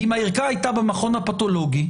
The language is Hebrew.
אם הערכה הייתה במכון הפתולוגי,